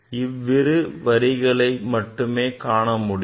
இவ்விரு வரிகளை மட்டுமே காண முடியும்